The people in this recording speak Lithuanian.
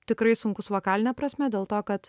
tikrai sunkus vokaline prasme dėl to kad